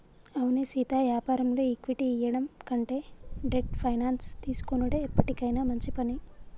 అవునే సీతా యాపారంలో ఈక్విటీ ఇయ్యడం కంటే డెట్ ఫైనాన్స్ తీసుకొనుడే ఎప్పటికైనా మంచి పని